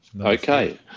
okay